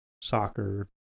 soccer